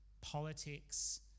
politics